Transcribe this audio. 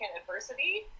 adversity